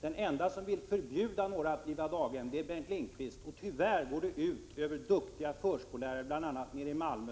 Den ende som vill förbjuda någon att driva daghem är Bengt Lindqvist. Tyvärr går det ut över duktiga förskollärare, bl.a. nere i Malmö.